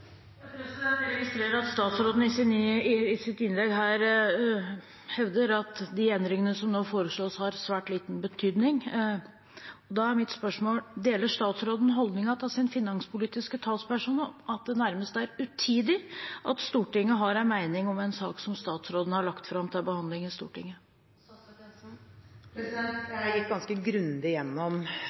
Jeg registrerer at statsråden i sitt innlegg her hevder at de endringene som nå foreslås, har svært liten betydning. Da er mitt spørsmål: Deler statsråden holdningen til sin finanspolitiske talsperson – at det nærmest er utidig at Stortinget har en mening om en sak som statsråden har lagt fram til behandling i Stortinget? Jeg gikk ganske grundig igjennom